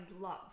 love